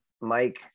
Mike